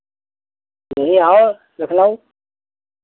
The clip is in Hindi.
जी है देख लो